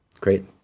Great